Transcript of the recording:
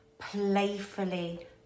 playfully